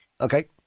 Okay